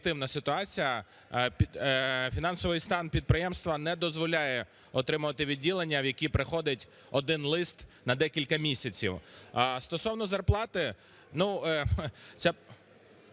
Стосовно зарплати, ну, ця